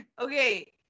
Okay